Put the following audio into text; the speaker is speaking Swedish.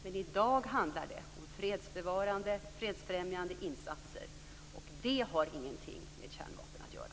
Men i dag handlar det om fredsbevarande och fredsfrämjande insatser, och det har ingenting med kärnvapen att göra.